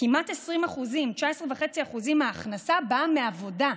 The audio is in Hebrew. שכמעט 20% 19.5% מההכנסה באים מעבודה,